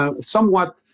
somewhat